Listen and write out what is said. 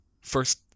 first